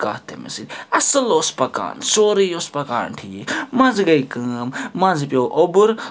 کتھ تٔمِس سۭتۍ اصٕل اوس پَکان سورُے اوس پَکان ٹھیٖک مَنٛزٕ گٔے کٲم مَنٛزٕ پیٚوو اوٚبُر